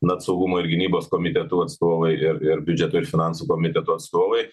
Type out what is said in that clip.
net saugumo ir gynybos komitetų atstovai ir ir biudžeto ir finansų komiteto atstovai